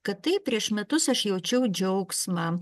kad taip prieš metus aš jaučiau džiaugsmą